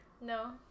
No